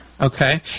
okay